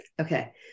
Okay